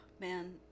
man